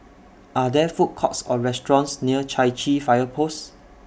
Are There Food Courts Or restaurants near Chai Chee Fire Post